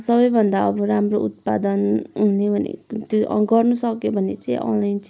सबैभन्दा अब राम्रो उत्पादन हुने भनेको त्यो गर्नु सक्यो भने चाहिँ अलैँची